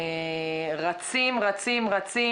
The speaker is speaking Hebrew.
רצים רצים רצים,